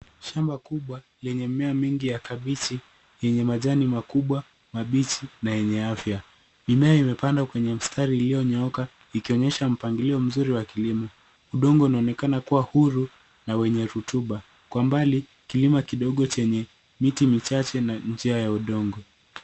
Shamba kubwa lenye mimea mingi ya kabichi, yenye majani makubwa mabichi na yenye afya. Mimea imepandwa kwenye mistari iliyonyooka ikionyesha mpangilio mzuri wa kilimo. Udongo unaonekana kuwa huru na wenye rutuba. Kwa mbali kilima kidogo chenye miti michache na njia ya udongo.